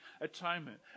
atonement